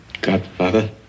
Godfather